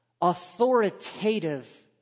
authoritative